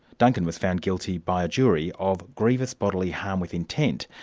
duncan was found guilty by a jury of grievous bodily harm with intent,